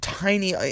tiny